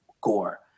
gore